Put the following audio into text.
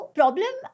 problem